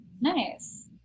nice